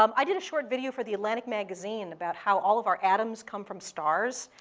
um i did a short video for the atlantic magazine about how all of our atoms come from stars.